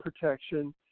protection